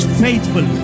faithful